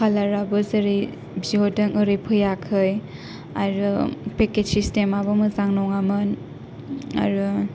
खालारा बो जेरै बिहरदों ओरै फैयाखै आरो फेखेट सिस्टेमआबो मोजां नङा मोन आरो